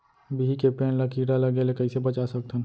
बिही के पेड़ ला कीड़ा लगे ले कइसे बचा सकथन?